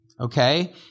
okay